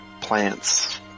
plants